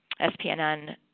SPNN